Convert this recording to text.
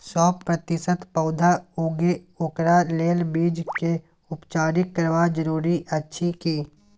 सौ प्रतिसत पौधा उगे ओकरा लेल बीज के उपचारित करबा जरूरी अछि की?